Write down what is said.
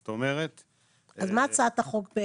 אז מה הצעת החוק?